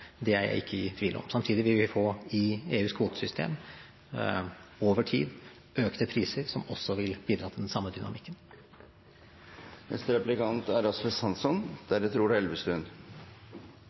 er jeg ikke i tvil om. Samtidig vil vi i EUs kvotesystem over tid få økte priser, som også vil bidra til den samme dynamikken.